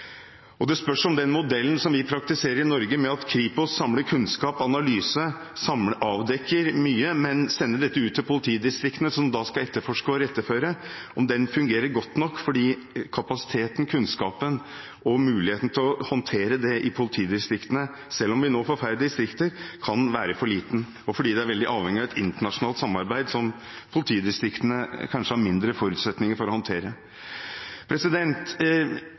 Det spørs om den modellen vi praktiserer i Norge, fungerer godt nok. Den går ut på at Kripos samler kunnskap og analyser og avdekker mye, men sender dette ut til politidistriktene, som så skal etterforske og iretteføre. Kapasiteten, kunnskapen og muligheten til å håndtere dette i politidistriktene, selv om vi nå får færre distrikter, kan være for liten, og det er veldig avhengig av et internasjonalt samarbeid, som politidistriktene kanskje har mindre forutsetninger for å håndtere.